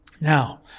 Now